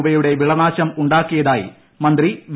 രൂപയുടെ വിളനാശം ഉണ്ടാക്കിയതായി മന്ത്രി വി